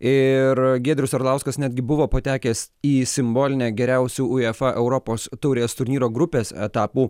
ir giedrius arlauskas netgi buvo patekęs į simbolinę geriausių uefa europos taurės turnyro grupės etapų